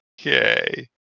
okay